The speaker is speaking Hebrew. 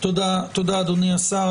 תודה, אדוני השר.